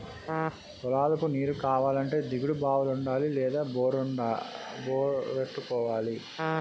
పొలాలకు నీరుకావాలంటే దిగుడు బావులుండాలి లేదా బోరెట్టుకోవాలి